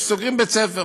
שסוגרים בית-ספר